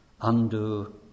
undo